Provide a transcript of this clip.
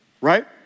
right